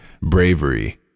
bravery